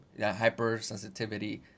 hypersensitivity